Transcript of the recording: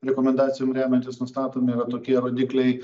rekomendacijom remiantis nustatomi yra tokie rodikliai